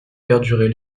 perdurer